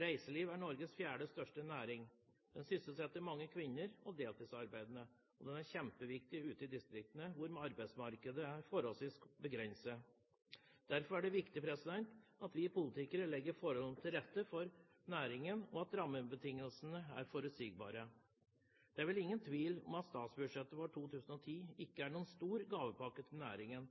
Reiseliv er Norges fjerde største næring. Den sysselsetter mange kvinner og deltidsarbeidende, og den er kjempeviktig ute i distriktene, hvor arbeidsmarkedet er forholdsvis begrenset. Derfor er det viktig at vi politikere legger forholdene til rette for næringen, og at rammebetingelsene er forutsigbare. Det er vel ingen tvil om at statsbudsjettet for 2010 ikke er noen stor gavepakke til næringen,